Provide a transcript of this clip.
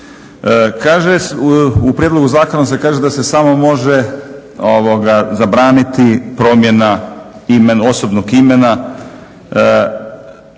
u prijedlogu zakona se kaže da se samo može ovoga, zabraniti promjena osobnog imena.